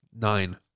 Nine